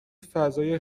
فضای